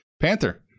Panther